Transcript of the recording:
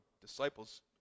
disciples